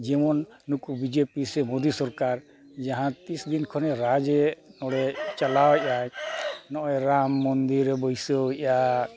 ᱡᱮᱢᱚᱱ ᱱᱩᱠᱩ B J P ᱥᱮ ᱢᱳᱫᱤ ᱥᱚᱨᱠᱟᱨ ᱡᱟᱦᱟᱸ ᱛᱤᱥ ᱫᱤᱱ ᱠᱷᱚᱱᱮ ᱨᱟᱡᱽᱮᱜ ᱚᱸᱰᱮ ᱪᱟᱞᱟᱣᱮᱫᱟᱭ ᱱᱚᱜᱼᱚᱭ ᱨᱟᱢ ᱢᱚᱱᱫᱤᱨᱮ ᱵᱟᱹᱭᱥᱟᱹᱣᱮᱫᱼᱟ